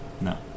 No